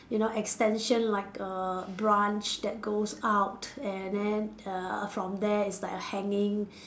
you know extension like a brunch that goes out and then err from there is like a hanging